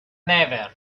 never